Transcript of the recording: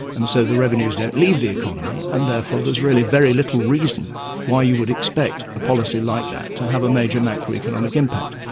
and so the revenues don't leave the economy and therefore there's really very little reason why you would expect a policy like that to have a major macro-economic impact,